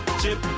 chip